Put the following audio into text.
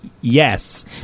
yes